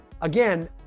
again